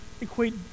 equate